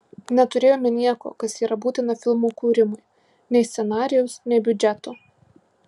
neturėjome nieko kas yra būtina filmo kūrimui nei scenarijaus nei biudžeto